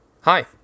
Hi